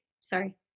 Sorry